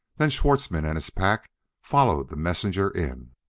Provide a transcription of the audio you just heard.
then schwartzmann and his pack followed the messenger in.